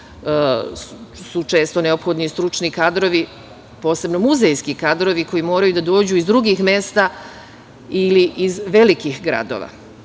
su često neophodni stručni kadrovi, posebno muzejski kadrovi, koji moraju da dođu iz drugih mesta ili iz velikih kadrova.